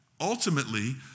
Ultimately